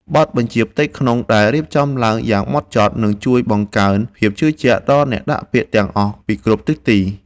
បទបញ្ជាផ្ទៃក្នុងដែលរៀបចំឡើងយ៉ាងម៉ត់ចត់នឹងជួយបង្កើនភាពជឿជាក់ដល់អ្នកដាក់ពាក្យទាំងអស់ពីគ្រប់ទិសទី។